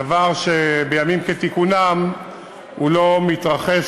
דבר שבימים כתיקונם מתרחש,